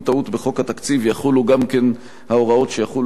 ההוראות שיחולו על תיקון טעות בכל חוק אחר,